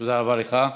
תודה רבה לך.